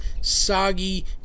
soggy